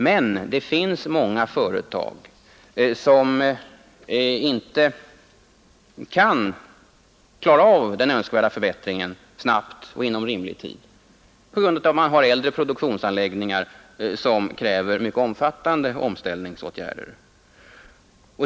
Men det finns företag som inte kan klara den önskvärda förbättringen inom rimlig tid, eftersom de har äldre produktionsanläggningar som kräver mycket omfattande omställningsåtgärder.